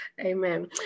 Amen